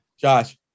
Josh